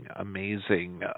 amazing